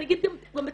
אני אגיד גם בתהליך,